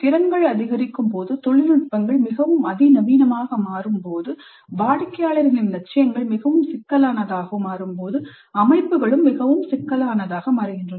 திறன்கள் அதிகரிக்கும் போது தொழில்நுட்பங்கள் மிகவும் அதி நவீனமாக மாறும்போது வாடிக்கையாளர்களின் லட்சியங்கள் மிகவும் சிக்கலானதாக மாறும் போது அமைப்புகளும் மிகவும் சிக்கலானதாக மாறுகின்றன